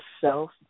self